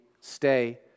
Stay